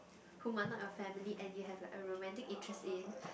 who might not your family and you have like a romantic interest in